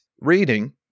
reading